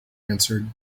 answered